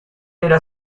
era